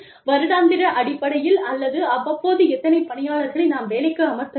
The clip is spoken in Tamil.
வருடாந்திர அடிப்படையில் அல்லது அவ்வப்போது எத்தனை பணியாளர்களை நாம் வேலைக்கு அமர்த்த வேண்டும்